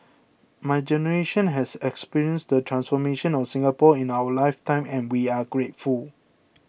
my generation has experienced the transformation of Singapore in our life time and we are grateful